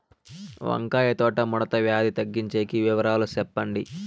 వంకాయ తోట ముడత వ్యాధి తగ్గించేకి వివరాలు చెప్పండి?